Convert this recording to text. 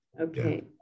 Okay